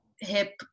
hip